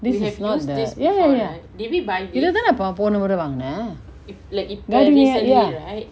this is not the ya ya இததா நா:ithatha na po~ போன மொர வாங்கின:pona mora vangina maybe நீ:nee ya